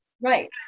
Right